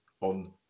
on